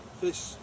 fish